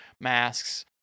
masks